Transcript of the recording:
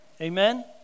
Amen